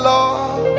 Lord